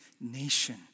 nation